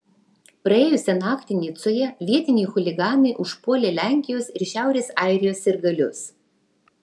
praėjusią naktį nicoje vietiniai chuliganai užpuolė lenkijos ir šiaurės airijos sirgalius